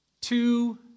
Two